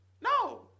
no